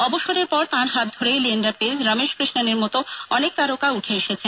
অবসরের পর তাঁর হাত ধরেই লিয়েন্ডার পেজ রমেশ কৃষ্ণাণের মতো অনেক তারকা উঠে এসেছেন